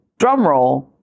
drumroll